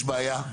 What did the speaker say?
יש בעיה,